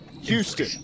Houston